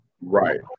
Right